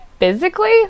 Physically